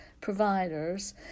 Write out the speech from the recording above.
providers